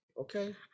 okay